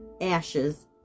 ashes